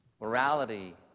...morality